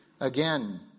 again